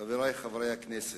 חברי חברי הכנסת,